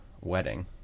wedding